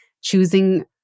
choosing